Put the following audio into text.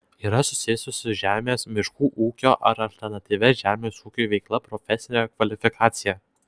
yra susijusi su žemės miškų ūkio ar alternatyvia žemės ūkiui veikla profesinę kvalifikaciją